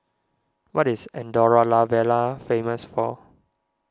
what is Andorra La Vella famous for